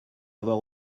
avoir